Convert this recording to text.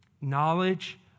Knowledge